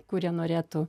kurie norėtų